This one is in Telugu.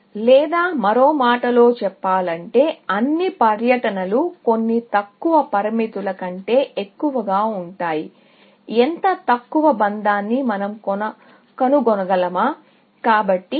లేదా మరో మాటలో చెప్పాలంటే అన్ని పర్యటనలు కొన్ని తక్కువ పరిమితుల కంటే ఎక్కువగా ఉంటాయి ఇంత తక్కువ బంధాన్ని మనం కనుగొనగలమా